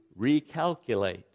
recalculate